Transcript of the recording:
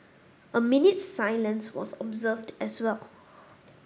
a minute's silence was observed as well